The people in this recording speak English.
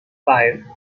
five